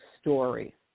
story